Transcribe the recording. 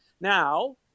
Now